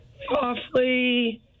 Awfully